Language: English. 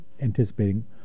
anticipating